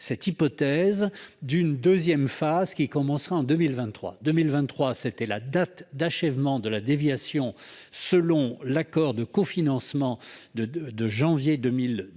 l'hypothèse d'une deuxième phase qui commencerait en 2023. En effet, 2023 devait être la date d'achèvement de la déviation selon l'accord de cofinancement de janvier 2018